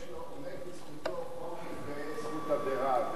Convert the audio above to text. עומד לזכותו חוק זכויות נפגעי עבירה,